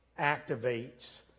activates